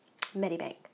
Medibank